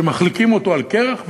שמחליקים אותו על קרח,